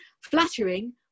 flattering